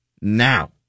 now